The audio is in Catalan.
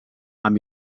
amb